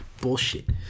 Bullshit